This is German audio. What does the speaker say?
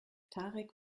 tarek